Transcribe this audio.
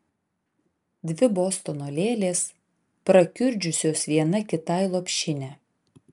dvi bostono lėlės prakiurdžiusios viena kitai lopšinę